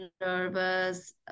nervous